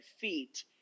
feet